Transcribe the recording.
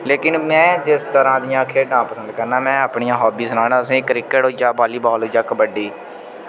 लेकिन में जिस तरह दियां खेढां पसंद करन में अपनियां हाबी सनाना तुसें क्रिकेट होई गेआ बॉलीबाल होई गेआ कबड्डी